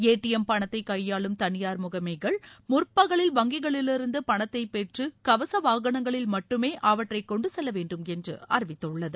ATM பணத்தை கையாளும் தனியார் முகமைகள் முற்பகலில் வங்கிகளிலிருந்து பணத்தைப் பெற்று கவச வாகனங்களில் மட்டுமே அவற்றை கொண்டுசெல்ல வேண்டும் என்று அறிவித்துள்ளது